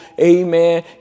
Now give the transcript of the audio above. amen